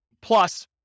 plus